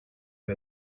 who